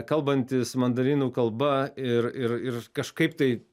kalbantis mandarinų kalba ir ir ir kažkaip tai